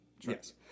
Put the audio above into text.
Yes